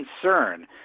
concern